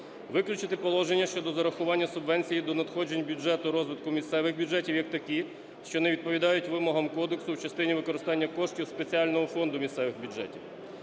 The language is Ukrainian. Виключити положення щодо зарахування субвенцій до надходжень бюджету розвитку місцевих бюджетів як такі, що не відповідають вимогам Кодексу в частині використання коштів Спеціального фонду місцевих бюджетів.